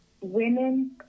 women